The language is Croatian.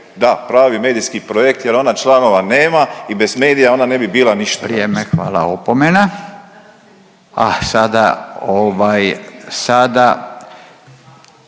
da pravi medijski projekt. Jer ona članova nema i bez medija ona ne bi bila ništa.